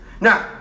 Now